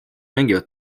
mängivad